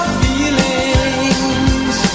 feelings